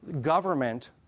government